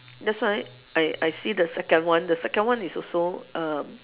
that's why I I see the second one the second one is also uh